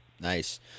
Nice